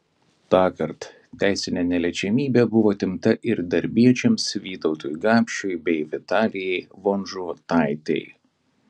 tąkart teisinė neliečiamybė buvo atimta ir darbiečiams vytautui gapšiui bei vitalijai vonžutaitei